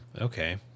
okay